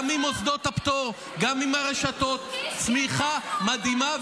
גם עם מוסדות הפטור, גם עם הרשתות, צמיחה מדהימה.